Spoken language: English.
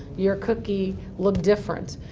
your cookie, look different.